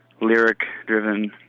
lyric-driven